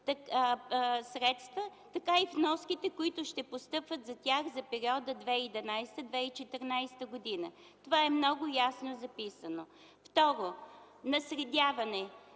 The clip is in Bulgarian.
средства, така и вноските, които ще постъпват за тях за периода 2011-2014 г. Това е много ясно записано. Второ, наследяване.